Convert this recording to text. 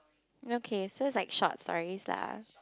okay so it's like short stories lah